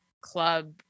club